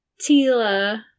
Tila